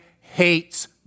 hates